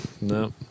no